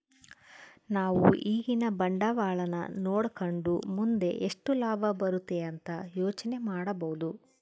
ನಾವು ಈಗಿನ ಬಂಡವಾಳನ ನೋಡಕಂಡು ಮುಂದೆ ಎಷ್ಟು ಲಾಭ ಬರುತೆ ಅಂತ ಯೋಚನೆ ಮಾಡಬೋದು